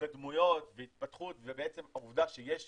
התקדמויות והתפתחות, ובעצם העובדה שיש